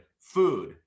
food